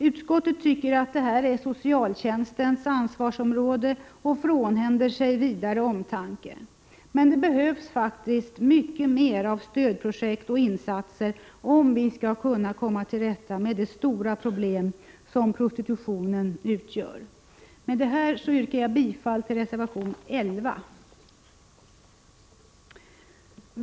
Utskottet tycker att detta är socialtjänstens ansvarsområde och frånhänder sig vidare omtanke. Men det behövs faktiskt mer av stödprojekt och insatser om vi skall kunna komma till rätta med det stora problem som prostitutionen utgör. Med detta yrkar jag bifall till reservation 11.